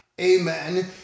amen